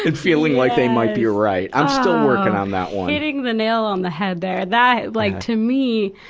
and feeling like they might be right. i'm still working on that one. hitting the nail on the head there. that like, to me,